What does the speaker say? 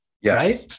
Yes